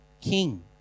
king